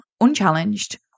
unchallenged